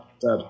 Dead